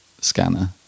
scanner